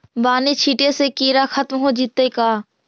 बानि छिटे से किड़ा खत्म हो जितै का?